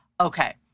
Okay